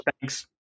Thanks